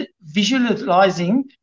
visualizing